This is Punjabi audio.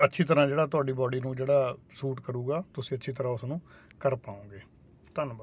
ਅੱਛੀ ਤਰ੍ਹਾਂ ਜਿਹੜਾ ਤੁਹਾਡੀ ਬਾਡੀ ਨੂੰ ਜਿਹੜਾ ਸੂਟ ਕਰੂਗਾ ਤੁਸੀਂ ਅੱਛੀ ਤਰ੍ਹਾਂ ਉਸਨੂੰ ਕਰ ਪਾਓਗੇ ਧੰਨਵਾਦ